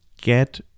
get